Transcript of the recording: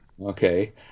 Okay